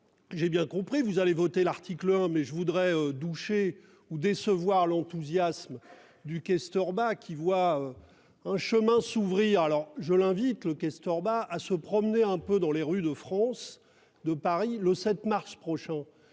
J'ai bien compris, vous allez voter l'article hein mais je voudrais doucher ou décevoir l'enthousiasme du questeur bah qui voit. Un chemin s'ouvrir alors je l'invite le questeur bah à se promener un peu dans les rues de France de Paris le 7 mars prochain